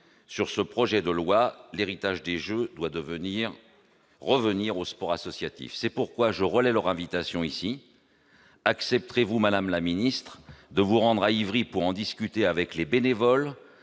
sur ce projet de loi l'héritage des Jeux doit devenir revenir au sport associatif, c'est pourquoi je relaie leur invitation ici accepterait-vous Madame la Ministre, de vous rendre à Ivry pour en discuter avec les bénévoles,